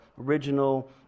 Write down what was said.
original